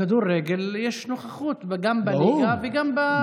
בכדורגל יש נוכחות גם בליגה וגם בנבחרת.